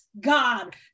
God